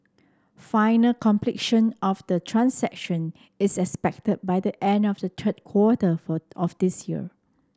final completion of the transactions is expected by the end of the third quarter for of this year